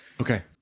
Okay